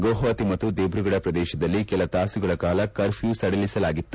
ಗುವಾಹತಿ ಮತ್ತು ದಿಬ್ರುಘಡ ಪ್ರದೇಶದಲ್ಲಿ ಕೆಲತಾಸುಗಳ ಕಾಲ ಕರ್ಮ್ಲೂ ಸಡಿಲಿಸಲಾಗಿತ್ತು